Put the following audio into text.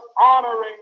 honoring